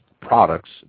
products